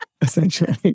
Essentially